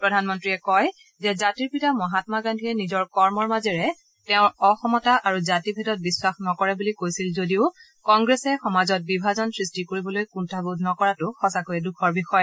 প্ৰধানমন্ত্ৰীয়ে কয় যে জাতিৰ পিতা মহাম্মা গান্ধীয়ে নিজৰ কৰ্মৰ মাজেৰে তেওঁ অসমতা আৰু জাতি ভেদত বিশ্বাস নকৰে বুলি কৈছিল যদিও কংগ্ৰেছে সমাজত বিভাজন সৃষ্টি কৰিবলৈ কুষ্ঠাবোধ নকৰাটো সঁচাকৈয়ে দুখৰ বিষয়